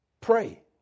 Pray